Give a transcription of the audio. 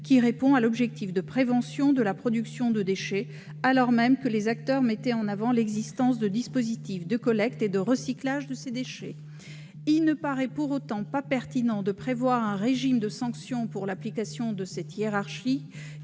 qui répond à l'objectif de prévention de la production de déchets, alors que les acteurs mettaient en avant l'existence de dispositifs de collecte et de recyclage de ces déchets. Pour autant, il ne paraît pas pertinent de prévoir un régime de sanctions pour l'application de cette hiérarchie,